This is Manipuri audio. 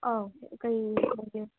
ꯑꯧ ꯀꯔꯤ ꯍꯥꯏꯒꯦ